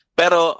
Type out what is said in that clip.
pero